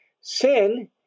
sin